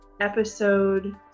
episode